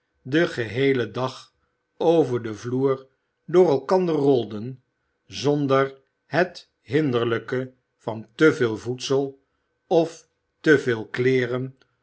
den geheelen dag over den vloer door elkander rolden zonder het hinderlijke van te veel voedsel of te veel kleeren